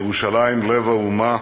ירושלים, לב האומה,